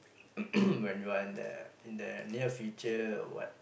when you are in the in the near future or what